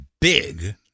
Big